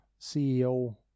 CEO